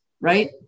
right